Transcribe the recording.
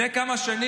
מה השתנה